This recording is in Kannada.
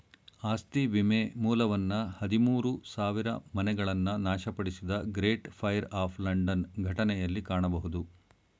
ಆಸ್ತಿ ವಿಮೆ ಮೂಲವನ್ನ ಹದಿಮೂರು ಸಾವಿರಮನೆಗಳನ್ನ ನಾಶಪಡಿಸಿದ ಗ್ರೇಟ್ ಫೈರ್ ಆಫ್ ಲಂಡನ್ ಘಟನೆಯಲ್ಲಿ ಕಾಣಬಹುದು